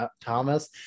Thomas